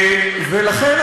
ולכן,